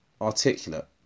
articulate